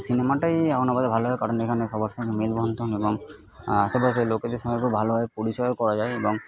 সিনেমাটাই এখন আপাতত ভালো কারণ এখানে সবার সঙ্গে মেলবন্ধন এবং আশেপাশের লোকেদের সাথে ভালোভাবে পরিচয়ও করা যায় এবং